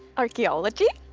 archaeology?